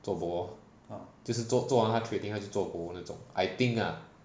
zuo bo orh 就是做完他的 trading 他就 zuo bo 那种 I think ah